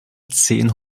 zehn